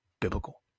biblical